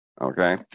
Okay